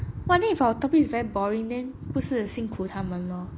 !wah! then if our topic is very boring then 不是辛苦他们 lor